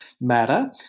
matter